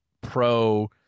pro